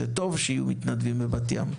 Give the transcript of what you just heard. זה טוב שיהיו מתנדבים בבת ים.